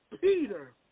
Peter